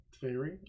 theory